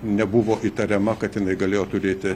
nebuvo įtariama kad jinai galėjo turėti